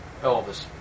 Elvis